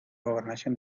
gobernación